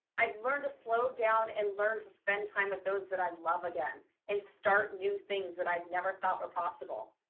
i've learned to slow down and learn to spend time with those that i love again and start new things that i've never thought were possible.